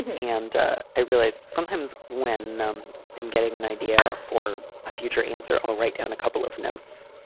and i realized sometimes when um i'm getting an idea for a future answer, i'll write down a couple of notes.